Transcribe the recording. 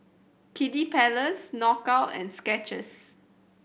Kiddy Palace Knockout and Skechers